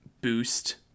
boost